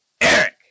Eric